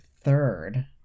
third